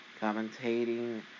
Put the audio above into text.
commentating